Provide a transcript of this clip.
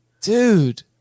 Dude